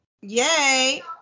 Yay